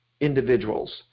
individuals